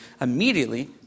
immediately